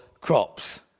crops